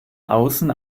außen